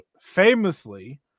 famously